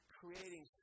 creating